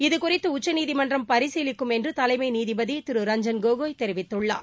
இதுகுறித்து உச்சநீதிமன்றம் பரிசீலிக்கும் என்று தலைமை நீதிபதி திரு ரஞ்சன் கோகோய் தெரிவித்துள்ளார்